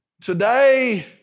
Today